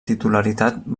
titularitat